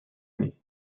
année